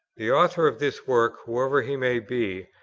the author of this work, whoever he may be,